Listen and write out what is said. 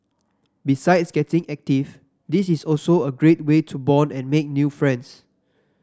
besides getting active this is also a great way to bond and make new friends